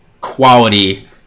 quality